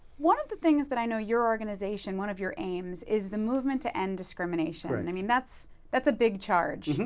one of the things that i know your organization, one of your aims is the movement to end discrimination. but and i mean, that's that's a big charge.